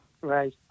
Right